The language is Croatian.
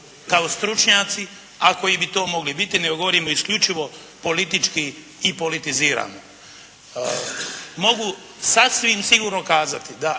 kao stručnjaci a koji bi to mogli biti nego govorimo isključivo politički i politiziramo. Mogu sasvim sigurno kazati da